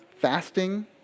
fasting